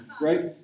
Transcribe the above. Right